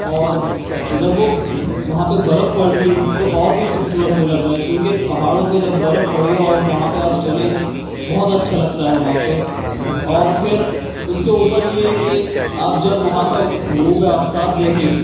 اور جب وہ وہاں پہ برف پڑتی ہے تو اور بھی خوبصورت ہو جاتا ہے کیونکہ پہاڑوں پہ جب برف پڑی اور وہاں پہ آپ چلیں بہت اچھا لگتا ہے وہاں پہ اور پھر اس کے اوپر یہ ہے کہ آپ جب وہاں کا غروب آفتاب دیکھیں